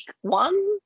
one